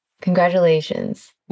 Congratulations